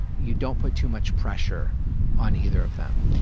you don't put too much pressure on either of them.